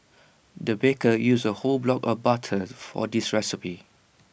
the baker used A whole block of butter for this recipe